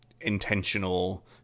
intentional